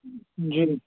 جی